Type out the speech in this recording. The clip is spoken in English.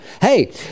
hey